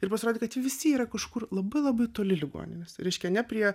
ir pasirodė kad jie visi yra kažkur labai labai toli ligoninės reiškia ne prie